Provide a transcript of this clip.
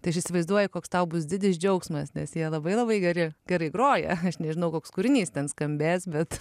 tai įsivaizduoji koks tau bus didis džiaugsmas nes jie labai labai geri gerai groja aš nežinau koks kūrinys ten skambės bet